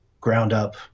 ground-up –